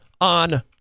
on